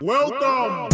Welcome